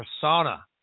persona